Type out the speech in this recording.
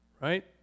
right